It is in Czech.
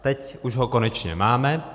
Teď už ho konečně máme.